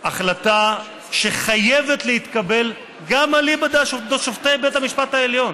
החלטה שחייבת להתקבל גם אליבא דשופטי בית המשפט העליון,